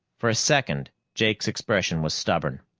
for a second, jake's expression was stubborn.